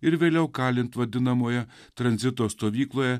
ir vėliau kalint vadinamojo tranzito stovykloje